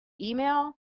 email